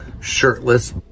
shirtless